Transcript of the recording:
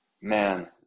man